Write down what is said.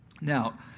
Now